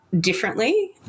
differently